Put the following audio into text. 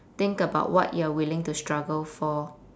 think about what you're willing to struggle for